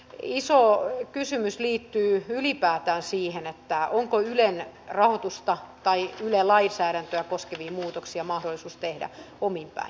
iso kysymys liittyy ylipäätään siihen onko ylen rahoitusta tai yle lainsäädäntöä koskevia muutoksia mahdollisuus tehdä omin päin